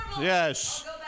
Yes